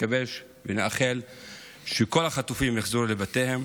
נקווה ונאחל שכל החטופים יחזרו לבתיהם,